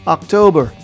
October